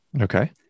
okay